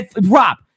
Rob